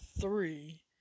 three